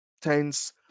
tens